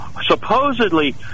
supposedly